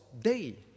day